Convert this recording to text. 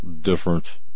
different